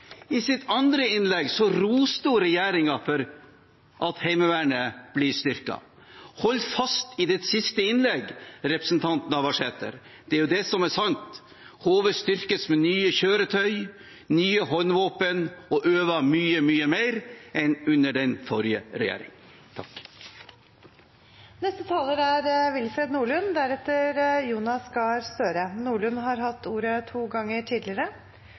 I sitt første var det nedbygging av Heimevernet, i sitt andre innlegg roste hun regjeringen for at Heimevernet styrkes. Hold fast ved det siste innlegget, det er det som er sant. HV styrkes med nye kjøretøy og nye håndvåpen og øver mye mer enn under forrige regjering. Representanten Willfred Nordlund har hatt ordet to ganger tidligere